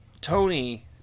Tony